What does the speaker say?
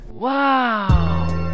Wow